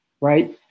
right